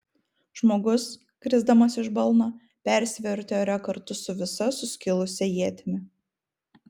žmogus krisdamas iš balno persivertė ore kartu su visa suskilusia ietimi